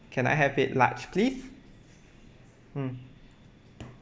can I have it large please mm